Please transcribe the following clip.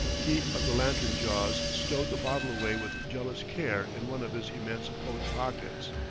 he of the lantern jaws stowed the bottle away with jealous care in one of his immense coat pockets,